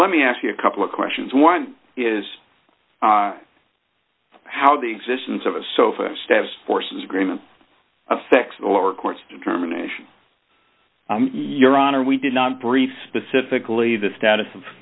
let me ask you a couple of questions one is how the existence of a sofa status forces agreement affects the lower court's determination your honor we did not brief specifically the status of